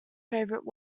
favorite